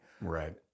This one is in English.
Right